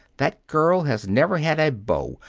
that girl has never had a beau,